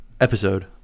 episode